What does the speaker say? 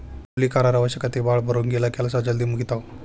ಕೂಲಿ ಕಾರರ ಅವಶ್ಯಕತೆ ಭಾಳ ಬರುಂಗಿಲ್ಲಾ ಕೆಲಸಾ ಜಲ್ದಿ ಮುಗಿತಾವ